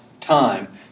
time